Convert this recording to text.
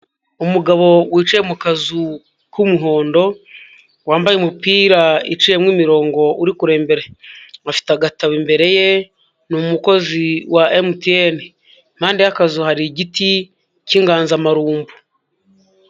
Umugabo wicaye mu kazu k'umuhondo, wambaye umupira iciyemo imirongo uri kureba imbere, afite agatabo imbere ye ni umukozi wa MTN, impande y'akazu hari igiti k'inganzamarumbo.